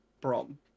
Brom